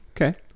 Okay